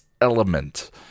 element